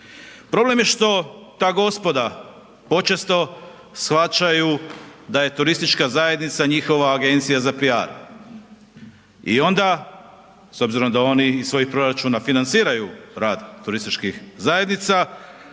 Problem je što ta gospoda počesto shvaćaju da je turistička zajednica njihova agencija za PR i onda s obzirom da oni ih svojih proračuna financiraju rad turističkih zajednica